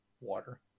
water